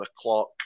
o'clock